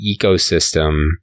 ecosystem